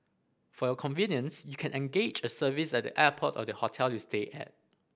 for your convenience you can engage a service at the airport or the hotel you stay at